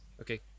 Okay